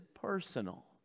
personal